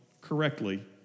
correctly